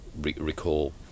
recall